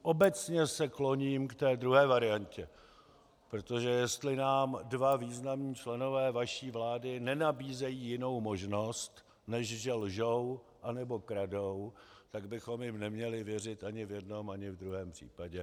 Obecně se kloním k té druhé variantě, protože jestli nám dva významní členové vaší vlády nenabízejí jinou možnost, než že lžou, anebo kradou, tak bychom jim neměli věřit ani v jednom, ani v druhém případě.